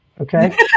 Okay